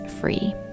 free